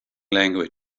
language